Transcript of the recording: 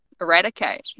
eradicate